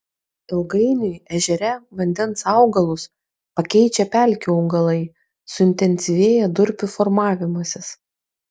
ilgainiui ežere vandens augalus pakeičia pelkių augalai suintensyvėja durpių formavimasis